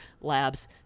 labs